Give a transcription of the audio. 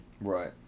Right